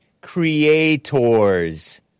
Creators